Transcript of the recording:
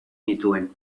nituen